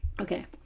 okay